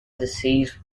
disease